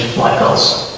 my house